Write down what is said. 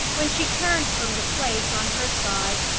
when she turned from the place, on her side,